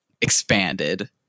Expanded